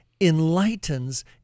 enlightens